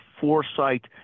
foresight